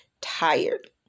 tired